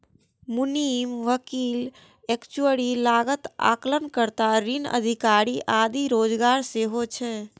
मुनीम, वकील, एक्चुअरी, लागत आकलन कर्ता, ऋण अधिकारी आदिक रोजगार सेहो छै